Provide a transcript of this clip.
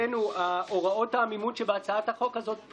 תידחה הפעימה השלישית,